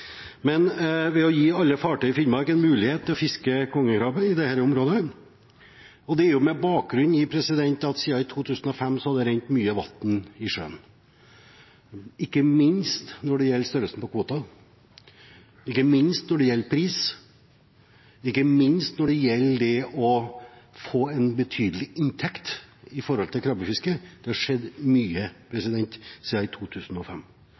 å gi alle fartøy i Finnmark en mulighet til å fiske kongekrabbe i dette området har bakgrunn i at det har rent mye vann i sjøen siden 2005. Ikke minst når det gjelder størrelsen på kvotene, ikke minst når det gjelder pris, ikke minst når det gjelder det å få en betydelig inntekt av krabbefiske, har det skjedd mye siden 2005. Men så har det jo også kommet på plass en ny politisk ledelse i